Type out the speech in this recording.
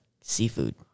seafood